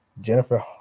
Jennifer